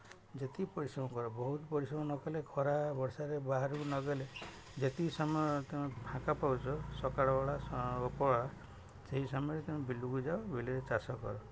ଯେତିକି ପରିଶ୍ରମ କର ବହୁତ ପରିଶ୍ରମ ନ କଲେ ଖରା ବର୍ଷାରେ ବାହାରକୁ ନ ଗଲେ ଯେତିକି ସମୟ ତମେ ଫାଙ୍କା ପାଉଛ ସକାଳ ବେଳା ଉପର ବେଳା ସେହି ସମୟରେ ତମେ ବିଲକୁ ଯାଅ ବିଲରେ ଚାଷ କର